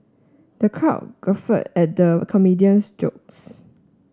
the crowd guffawed at the comedian's jokes